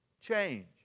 change